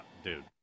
Dude